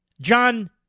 John